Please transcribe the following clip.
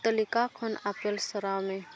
ᱛᱟᱹᱞᱤᱠᱟ ᱠᱷᱚᱱ ᱟᱯᱮᱞ ᱥᱚᱨᱟᱣ ᱢᱮ